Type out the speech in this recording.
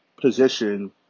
position